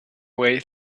way